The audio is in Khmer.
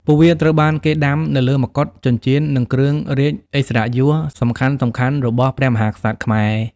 ពួកវាត្រូវបានគេដាំនៅលើមកុដ ចិញ្ចៀន និងគ្រឿងរាជឥស្សរិយយសសំខាន់ៗរបស់ព្រះមហាក្សត្រខ្មែរ។